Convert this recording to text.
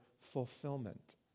fulfillment